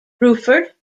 bruford